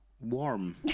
warm